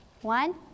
One